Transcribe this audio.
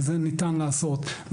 ניתן לעשות את זה,